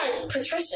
Patricia